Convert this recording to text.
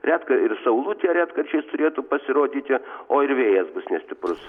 retka ir saulutė retkarčiais turėtų pasirodyti o ir vėjas bus nestiprus